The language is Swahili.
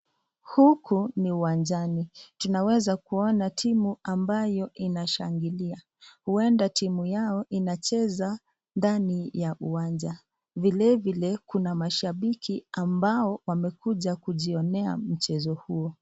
Huku ni uwanjani .Tunaweza kuona timu ambayo inashangilia, huenda timu yao inacheza ndani ya uwanja. Vilevile kuna mashabiki ambao wamekuja kujionea mchezo huo.